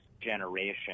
generation